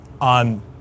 on